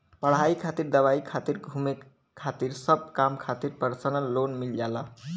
पढ़ाई खातिर दवाई खातिर घुमे खातिर सब काम खातिर परसनल लोन मिल जाला